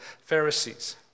Pharisees